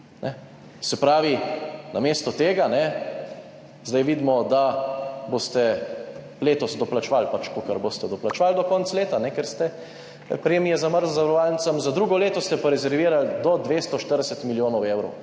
Se pravi, namesto tega zdaj vidimo, da boste letos doplačevali, kolikor boste doplačevali do konca leta, ker ste premije zamrznili zavarovalnicam. Za drugo leto ste pa rezervirali do 240 milijonov evrov.